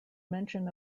mention